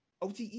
OTE